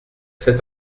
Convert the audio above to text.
cet